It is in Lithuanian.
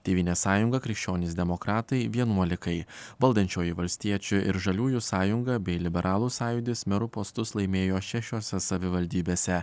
tėvynės sąjunga krikščionys demokratai vienuolikai valdančioji valstiečių ir žaliųjų sąjunga bei liberalų sąjūdis merų postus laimėjo šešiose savivaldybėse